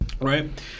Right